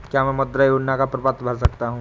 क्या मैं मुद्रा योजना का प्रपत्र भर सकता हूँ?